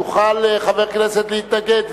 יוכל חבר כנסת להתנגד,